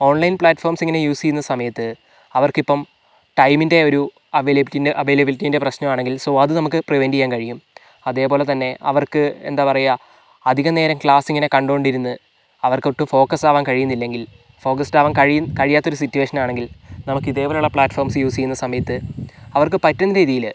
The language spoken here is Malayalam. ഓൺലൈൻ പ്ലാറ്റ്ഫോംസ് ഇങ്ങനെ യൂസ് ചെയ്യുന്ന സമയത്ത് അവർക്കിപ്പം ടൈമിൻ്റെ ഒരു അവൈബലിറ്റിൻ്റെ അവൈലബിലിറ്റിൻ്റെ പ്രശ്നമാണെങ്കിൽ സോ അത് നമുക്ക് പ്രിവന്റ് ചെയ്യാൻ കഴിയും അതേപോലെത്തന്നെ അവർക്ക് എന്താ പറയുക അധിക നേരം ക്ലാസ് ഇങ്ങനെ കണ്ടുകൊണ്ടിരുന്ന് അവർക്കൊട്ടും ഫോക്കസ് ആവാൻ കഴിയുന്നില്ലെങ്കിൽ ഫോക്കസ്ഡാവാൻ കഴി കഴിയാത്തൊരു സിറ്റുവേഷൻ ആണെങ്കിൽ നമുക്ക് ഇതേപോലുള്ള പ്ലാറ്റ്ഫോംസ് യൂസ് ചെയ്യുന്ന സമയത്ത് അവർക്ക് പറ്റുന്ന രീതിയില്